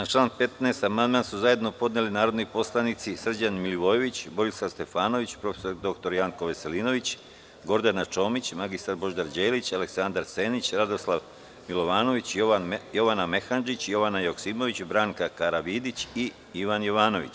Na član 15. amandman su zajedno podneli narodni poslanici Srđan Milivojević, Borislav Stefanović, prof. dr Janko Veselinović, Gordana Čomić, mr Božidar Đelić, Aleksandar Senić, Radoslav Milovanović, Jovana Mehandžić, Jovana Joksimović, Branka Karavidić i Ivan Jovanović.